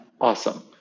Awesome